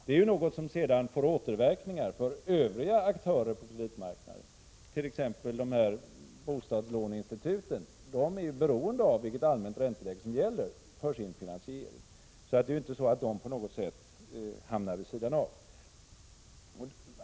Det är ju något som sedan får återverkningar för övriga aktörer på kreditmarknaden, t.ex. bostadslåneinstituten. Dessa är ju beroende av vilket allmänt ränteläge som gäller för sin finansiering, så de hamnar inte på något sätt vid sidan av.